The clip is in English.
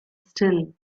still